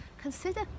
consider